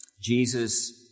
Jesus